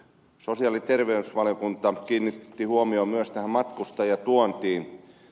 sosiaali ja terveysvaliokunta kiinnitti huomion myös tähän matkustajatuontiin